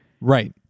Right